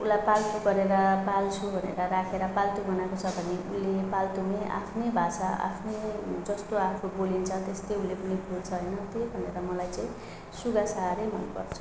उसलाई पाल्तु गरेर पाल्छु भनेर राखेर पाल्तु बनाएको छ भने उसले पाल्तु नै आफ्नै भाषा आफ्नै जस्तो आफू बोलिन्छ त्यस्तै उसले पनि बोल्छ होइन त्यही भनेर मलाई चाहिँ सुगा साह्रै मनपर्छ